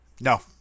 No